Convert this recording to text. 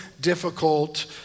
difficult